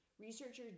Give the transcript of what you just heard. researchers